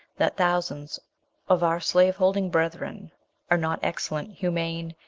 that thousands of our slave-holding brethren are not excellent, humane,